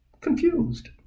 confused